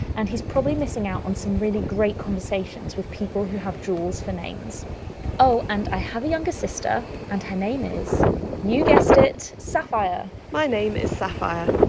and he's probably missing out on some really great conversations with people who have jewels for names oh and i have a younger sister, and her name is you guessed it sapphire! my name is sapphire,